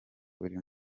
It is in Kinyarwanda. buri